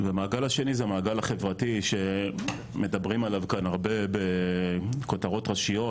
והמעגל השני זה המעגל החברתי שמדברים עליו כאן הרבה בכותרות ראשיות,